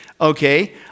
okay